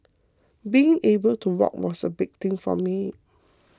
being able to walk was a big thing for me